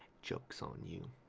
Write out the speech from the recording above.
joke's on you,